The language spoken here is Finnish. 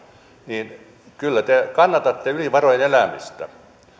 niin kyllä te kannatatte yli varojen elämistä